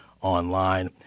online